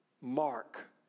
mark